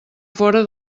fora